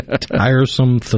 Tiresome